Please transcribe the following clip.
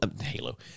Halo